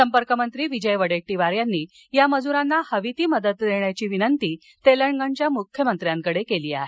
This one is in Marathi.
संपर्क मंत्री विजय वडेट्टीवार यांनी या मजुरांना हवी ती मदत देण्याची विनंती तेलंगणाच्या मुख्यमंत्र्याकडे केली आहे